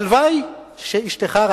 הלוואי שאשתך,